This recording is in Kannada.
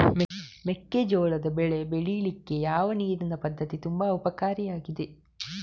ಮೆಕ್ಕೆಜೋಳದ ಬೆಳೆ ಬೆಳೀಲಿಕ್ಕೆ ಯಾವ ನೀರಿನ ಪದ್ಧತಿ ತುಂಬಾ ಉಪಕಾರಿ ಆಗಿದೆ?